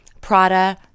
Prada